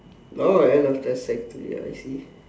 that one was just end of sec three ah I see